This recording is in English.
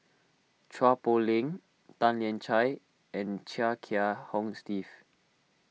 Chua Poh Leng Tan Lian Chye and Chia Kiah Hong Steve